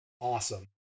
Awesome